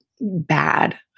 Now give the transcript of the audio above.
bad